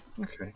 Okay